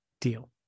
deal